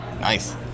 Nice